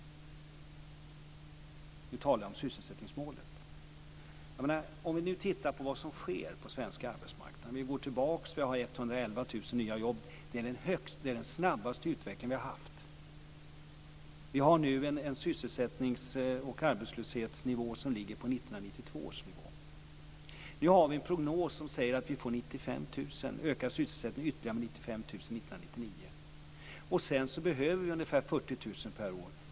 Nu talar jag om sysselsättningsmålet. Om vi tittar på vad som sker på svensk arbetsmarknad ser vi att vi nu har 111 000 nya jobb. Går vi tillbaka finner vi att det är den snabbaste utveckling vi har haft. Vi har nu en sysselsättnings och arbetslöshetsnivå som ligger på 1992 års nivå. Vi har en prognos som säger att vi ökar sysselsättningen med ytterligare 95 000 år 1999. Sedan behöver vi ungefär 40 000 jobb per år.